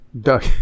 Duck